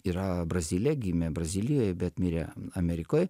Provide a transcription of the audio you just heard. yra brazilė gimė brazilijoj bet mirė amerikoj